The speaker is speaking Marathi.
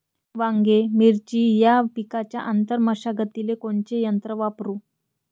वांगे, मिरची या पिकाच्या आंतर मशागतीले कोनचे यंत्र वापरू?